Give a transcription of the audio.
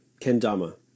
Kendama